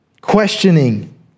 questioning